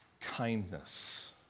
kindness